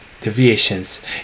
deviations